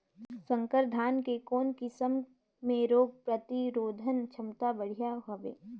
संकर धान के कौन किसम मे रोग प्रतिरोधक क्षमता बढ़िया हवे?